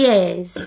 Yes